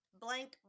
Blank